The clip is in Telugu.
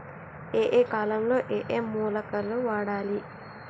ఏయే కాలంలో ఏయే మొలకలు వాడాలి?